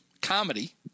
comedy